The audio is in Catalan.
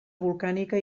volcànica